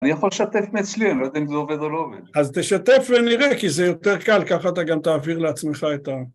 אני יכול לשתף מאצלי, אני לא יודע אם זה עובד או לא עובד. אז תשתף ונראה, כי זה יותר קל, ככה אתה גם תעביר לעצמך את ה...